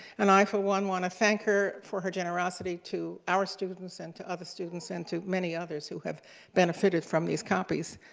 and i for one want to thank her for her generosity to our students and to other students and to many others who have benefited from these copies.